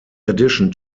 addition